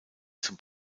zum